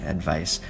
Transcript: Advice